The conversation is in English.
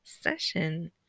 session